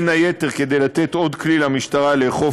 בין היתר כדי לתת עוד כלי למשטרה לאכוף